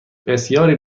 بسیاری